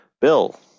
Bill